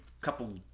couple